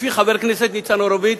לפי חבר הכנסת ניצן הורוביץ,